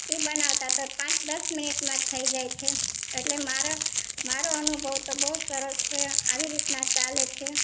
એ બનાવતા તો પાંચ દસ મિનિટમાં થઈ જાય છે એટલે મારો મારો અનુભવ તો બહુ જ સરસ આવી રીતના ચાલે છે